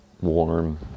Warm